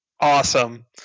Awesome